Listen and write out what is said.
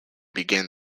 begin